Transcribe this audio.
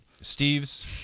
Steve's